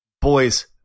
Boys